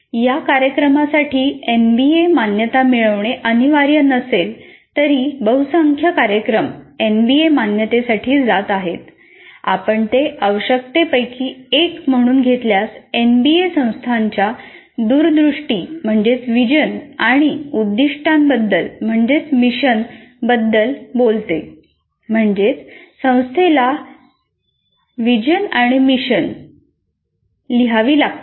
या कार्यक्रमासाठी एनबीए मान्यता मिळवणे अनिवार्य नसले तरी बहुसंख्य कार्यक्रम लिहावी लागतात